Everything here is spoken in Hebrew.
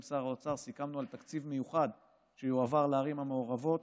עם שר האוצר על תקציב מיוחד שיועבר לערים המעורבות.